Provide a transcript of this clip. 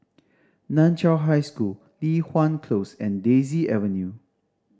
Nan Chiau High School Li Hwan Close and Daisy Avenue